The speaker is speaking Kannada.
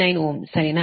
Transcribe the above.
39 Ω ಸರಿನಾ